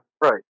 Right